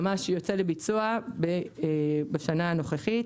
ממש יוצא לביצוע בשנה הנוכחית.